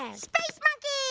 and space monkeys!